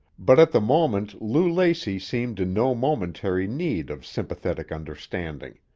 but at the moment lou lacey seemed in no momentary need of sympathetic understanding.